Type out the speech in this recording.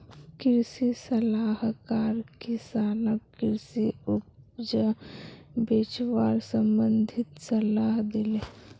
कृषि सलाहकार किसानक कृषि उपज बेचवार संबंधित सलाह दिले